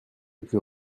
plus